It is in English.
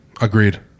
Agreed